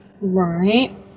Right